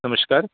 नमस्कार